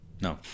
No